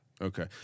Okay